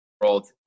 world